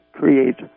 create